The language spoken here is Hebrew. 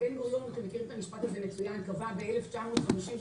בן גוריון קבע ב-1955